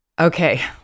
Okay